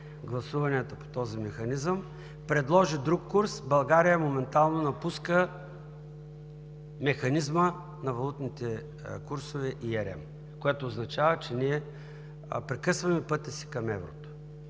гласуванията по този механизъм, предложи друг курс, България моментално напуска механизма на валутните курсове ERM, което означава, че ние прекъсваме пътя си към еврото.